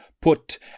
Put